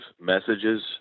messages